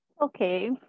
okay